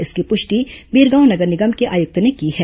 इसकी पुष्टि बिरगांव नगर निगम के आयुक्त ने की है